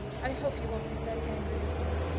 i hope you won't be very angry with me,